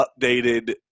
updated